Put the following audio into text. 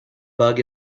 bug